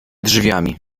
drzwiami